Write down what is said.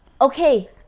Okay